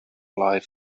live